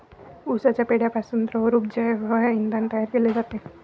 उसाच्या पेंढ्यापासून द्रवरूप जैव इंधन तयार केले जाते